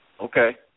Okay